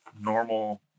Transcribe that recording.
normal